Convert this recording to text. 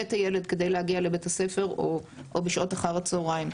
את הילד כדי להגיע לבית הספר או בשעות אחר הצוהריים.